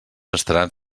estaran